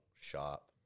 shop